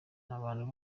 n’abantu